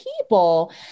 people